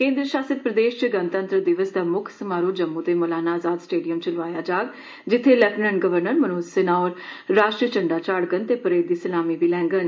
केन्द्र शासित प्रदेश च गणतंत्र दिवस दा मुक्ख समारोह जम्मू दे मौलाना आजाद स्टेडियम च लोआया जाग जित्थे लेफ्टिनेंट गवर्नर मनोज सिन्हा होर राश्ट्री झंडा चाढ़डन ते परेड दी सलामी बी लैडन